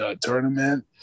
tournament